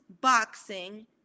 boxing